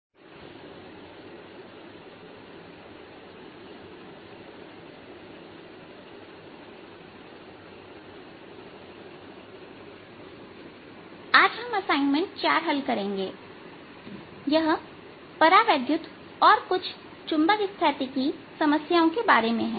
assignment 4 समस्या 1 5 आज हम असाइनमेंट 4 हल करेंगे यह परावैद्युत और कुछ चुंबकीय स्थैतिकी समस्याओं से जुड़ा है